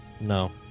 no